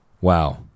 Wow